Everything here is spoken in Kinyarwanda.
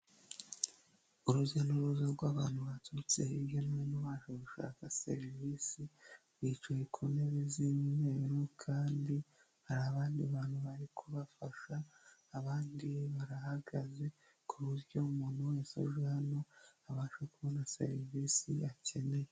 Urujya n'uruza rw'abantu baturutse hirya no hino baje gushaka serivisi bicaye ku ntebe z'umweru, kandi hari abandi bantu bari kubafasha abandi barahagaze ku buryo umuntu wese uje hano abasha kubona serivisi akeneye.